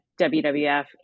WWF